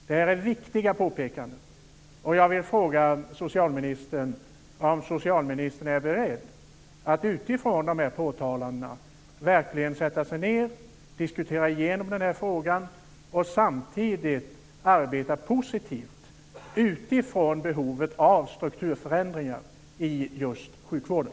Det här är viktiga påpekanden, och jag vill fråga socialministern om socialministern är beredd att utifrån de här påtalandena verkligen sätta sig ned och diskutera igenom den här frågan och samtidigt arbeta positivt utifrån behovet av strukturförändringar i sjukvården.